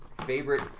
favorite